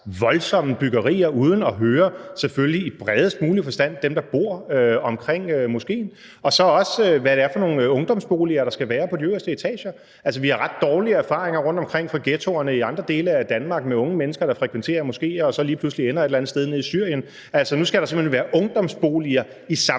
voldsomme byggerier uden i bredest mulig forstand at høre dem, der bor omkring moskéen, og så også hvad det er for nogle ungdomsboliger, der skal være på de øverste etager. Vi har ret dårlige erfaringer rundtomkring fra ghettoerne i andre dele af Danmark med unge mennesker, der frekventerer moskéer og så lige pludselig ender et eller andet sted nede i Syrien. Altså, nu skal der simpelt hen være ungdomsboliger i den